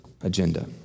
agenda